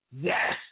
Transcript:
Yes